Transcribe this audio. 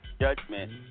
judgment